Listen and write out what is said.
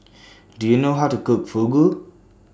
Do YOU know How to Cook Fugu